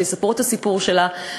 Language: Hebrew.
שיספרו את הסיפור שלה,